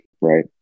Right